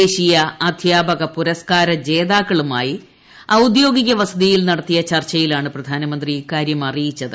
ദേശീയ അധ്യാപക പുരസ്കാര ജേത്റക്കളുമായി ഔദ്യോഗിക വസതിയിൽ നടത്തിയ ചർച്ചയിലാണ് പ്രധാനമന്ത്രി ഇക്കാര്യം അറിയിച്ചത്